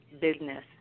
business